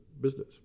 business